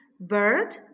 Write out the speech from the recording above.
bird